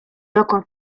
dokąd